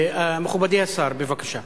מכובדי השר, בבקשה.